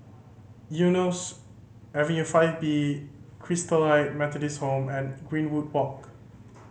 Eunos Avenue Five B Christalite Methodist Home and Greenwood Walk